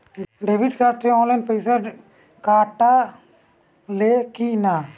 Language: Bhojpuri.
डेबिट कार्ड से ऑनलाइन पैसा कटा ले कि ना?